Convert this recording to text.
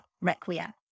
requiem